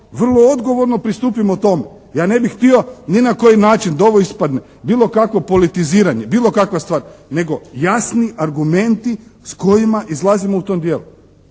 vrlo odgovorno pristupimo tome. Ja ne bih htio ni na koji način da ovo ispadne bilo kakvo politiziranje, bilo kakva stvar, nego jasni argumenti s kojima izlazimo u tom dijelu.